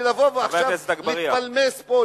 ולבוא עכשיו ולהתפלמס פה,